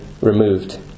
removed